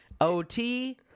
ot